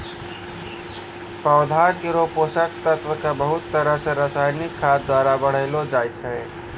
पौधा केरो पोषक तत्व क बहुत तरह सें रासायनिक खाद द्वारा बढ़ैलो जाय छै